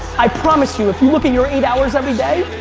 i promise you if you look at your eight hours every day,